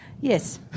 Yes